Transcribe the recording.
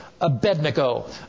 Abednego